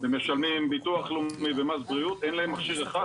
משלמים ביטוח לאומי ומס בריאות אין להם מכשיר אחד.